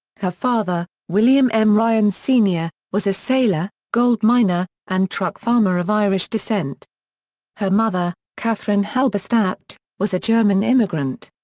her father, william m. ryan sr, was a sailor, gold miner, and truck farmer of irish descent her mother, katherine halberstadt, was a german immigrant.